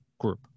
group